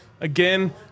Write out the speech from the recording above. Again